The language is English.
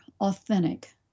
authentic